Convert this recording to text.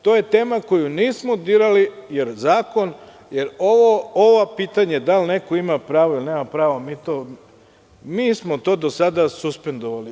To je tema koju nismo dirali, jer ovo pitanje da li neko ima pravo ili nema, mi smo to do sada suspendovali.